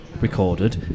recorded